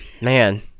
man